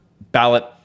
ballot